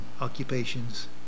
occupations